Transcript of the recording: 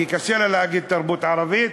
כי קשה לה להגיד "תרבות ערבית"